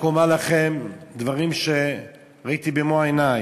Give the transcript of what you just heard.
אני רק אומר לכם דברים שראיתי במו עיני.